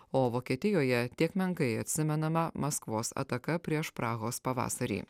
o vokietijoje tiek menkai atsimenama maskvos ataka prieš prahos pavasarį